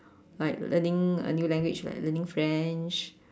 like learning a new language like learning French